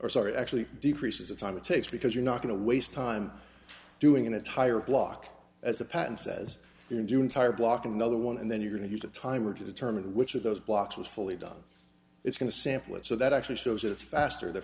or sorry actually decreases the time it takes because you're not going to waste time doing an entire block as a pattern says you do entire block another one and then you're going to use a timer to determine which of those blocks was fully done it's going to sample it so that actually shows it faster the